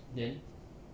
then